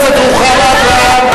חברת הכנסת רוחמה אברהם,